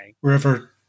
wherever